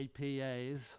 APAs